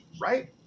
right